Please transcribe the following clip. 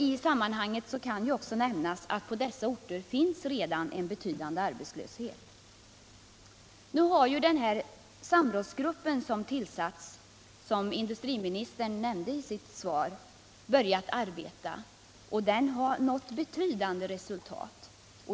I sammanhanget kan det också nämnas att det på dessa orter redan finns en betydande arbetslöshet. Som industriministern nämnde i sitt svar har ju den tillsatta samrådsgruppen börjat sitt arbete, och den har nått betydande resultat.